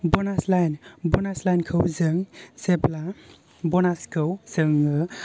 बनास line बनास line खौ जों जेब्ला बनास खौ जोङो